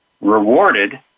rewarded